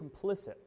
complicit